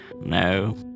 No